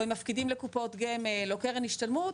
או הם מפקידים לקופות גמל או קרן השתלמות,